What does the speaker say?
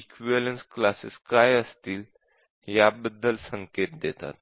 equivalence classes काय असतील याबद्दल संकेत देतात